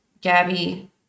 Gabby